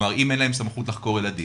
אם אין להם סמכות לחקור ילדים,